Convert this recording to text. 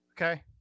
Okay